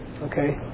Okay